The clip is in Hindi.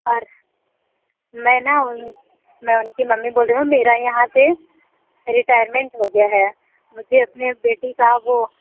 और मैं ना मैं उनकी मम्मी बोल रही हूँ मेरा यहाँ से रिटायरमेंट हो गया है मुझे अपनी बेटी का वो